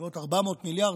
בסביבות 400 מיליארד.